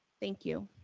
thank you.